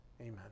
Amen